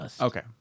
Okay